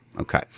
Okay